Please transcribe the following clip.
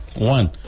one